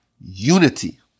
unity